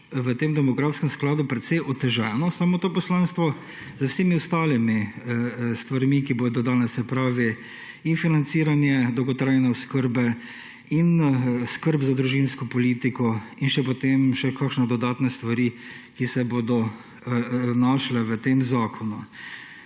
v tem demografskem skladu precej oteženo samo to poslanstvo z vsemi ostalimi stvarmi, ki bodo danes. Se pravi, in financiranje dolgotrajne oskrbe in skrb za družinsko politiko in potem še kakšne dodatne stvari, ki se bodo našle v tem zakonu.